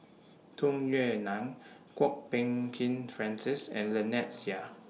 Tung Yue Nang Kwok Peng Kin Francis and Lynnette Seah